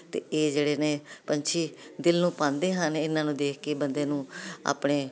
ਅਤੇ ਇਹ ਜਿਹੜੇ ਨੇ ਪੰਛੀ ਦਿਲ ਨੂੰ ਭਾਉਂਦੇ ਹਨ ਇਨ੍ਹਾਂ ਨੂੰ ਦੇਖ ਕੇ ਬੰਦੇ ਨੂੰ ਆਪਣੇ